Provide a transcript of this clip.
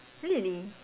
really